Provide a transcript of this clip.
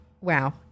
Wow